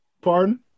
Pardon